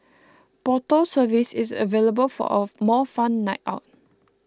bottle service is available for a more fun night out